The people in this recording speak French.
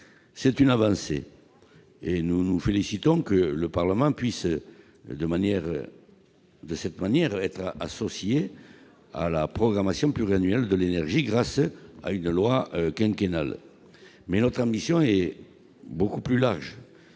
C'est une avancée, et nous nous félicitons que le Parlement puisse de cette manière être associé à la programmation pluriannuelle de l'énergie grâce à une loi quinquennale. Notre ambition est toutefois beaucoup plus large,